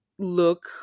Look